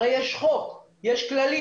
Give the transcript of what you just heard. הרי יש חוק וכללים.